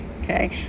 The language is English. okay